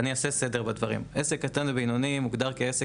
אני אעשה סדר בדברים: עסק קטן מוגדר כעסק